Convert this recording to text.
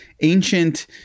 ancient